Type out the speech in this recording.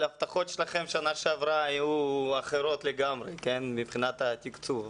אבל ההבטחות שלכם בשנה שעברה היו אחרות לגמרי מבחינת התקציב.